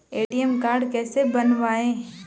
ATM card कैसे बनवाएँ?